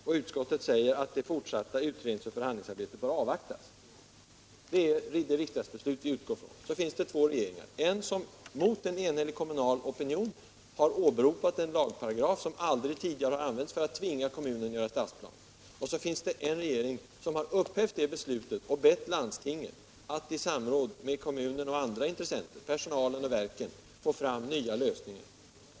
Trafikutskottet sade vidare att det fortsatta utredningsoch förhandlingsarbetet bör avvaktas. Det är det riksdagsbeslut vi utgår ifrån. Sedan finns det två regeringar: en som mot en enhällig kommunal opinion har åberopat en lagparagraf som aldrig tidigare har använts för att tvinga en kommun att göra en stadsplan, och en annan regering som har upphävt det beslutet och bett landstinget att i samråd med kommunen och andra intressenter — personalen och verken — få fram nya lösningar.